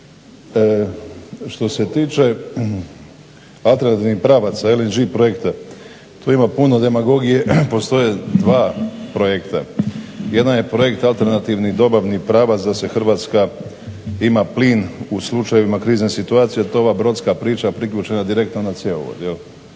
Što se tiče alternativnih pravaca LNG projekta. To ima puno demagogije. Postoje dva projekta. Jedan je projekt alternativni dobavni pravac da se Hrvatska ima plin u slučajevima krizne situacije. To ova brodska priča priključena direktno na cjevovod